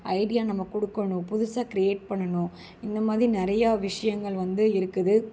idea நம்ம கொடுக்கணும் புதுசாக க்ரியேட் பண்ணணும் இந்தமாதிரி நிறையா விஷியங்கள் வந்து இருக்குது